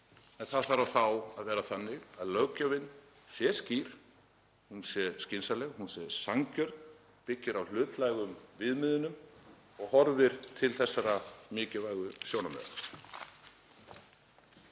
en það þarf þá að vera þannig að löggjöfin sé skýr, hún sé skynsamleg, hún sé sanngjörn, byggi á hlutlægum viðmiðum og horfi til þessara mikilvægu sjónarmiða.